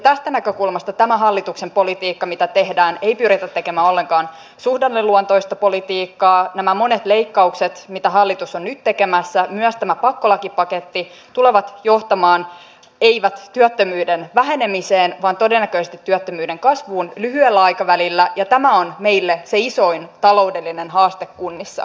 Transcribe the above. tästä näkökulmasta tämä hallituksen politiikka mitä tehdään ei pyritä tekemään ollenkaan suhdanneluontoista politiikkaa on nämä monet leikkaukset mitä hallitus on nyt tekemässä myös tämä pakkolakipaketti tulee johtamaan ei työttömyyden vähenemiseen vaan todennäköisesti työttömyyden kasvuun lyhyellä aikavälillä ja tämä on meille se isoin taloudellinen haaste kunnissa